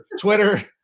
Twitter